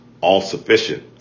All-sufficient